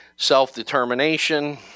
self-determination